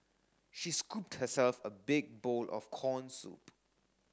she scooped herself a big bowl of corn soup